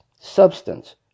substance